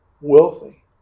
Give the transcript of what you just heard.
wealthy